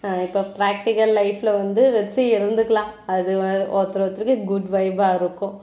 இப்போ ப்ராக்டிக்கல் லைஃப்பில் வந்து வச்சு எழுந்துக்கலாம் அது வ ஒருத்தர் ஒருத்தருக்கு குட் வைபாக இருக்கும்